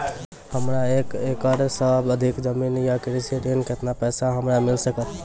हमरा एक एकरऽ सऽ अधिक जमीन या कृषि ऋण केतना पैसा हमरा मिल सकत?